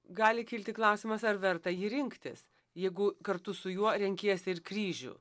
gali kilti klausimas ar verta jį rinktis jeigu kartu su juo renkiesi ir kryžių